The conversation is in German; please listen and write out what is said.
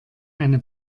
eine